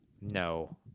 No